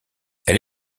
elle